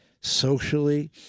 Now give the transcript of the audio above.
socially